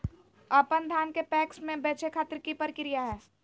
अपन धान के पैक्स मैं बेचे खातिर की प्रक्रिया हय?